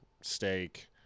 steak